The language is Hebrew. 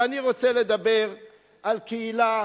ואני רוצה לדבר על קהילה